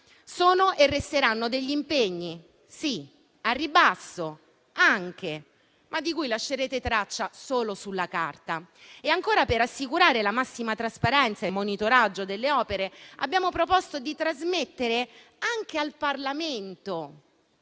sono e resteranno impegni al ribasso, di cui lascerete traccia solo sulla carta. Ancora, per assicurare la massima trasparenza e il monitoraggio delle opere abbiamo proposto di trasmettere anche al Parlamento